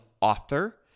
author